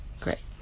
Great